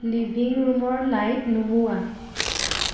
living ৰুমৰ light নুমুওৱা